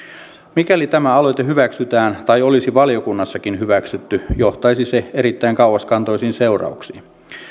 mikäli tämä aloite hyväksytään tai olisi valiokunnassakin hyväksytty johtaisi se erittäin kauaskantoisiin seurauksiin